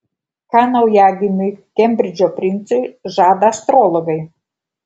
ką naujagimiui kembridžo princui žada astrologai